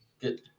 Good